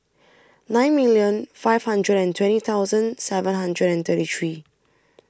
nine million five hundred and twenty thousand seven hundred and thirty three